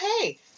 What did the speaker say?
hey